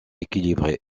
équilibrées